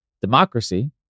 democracy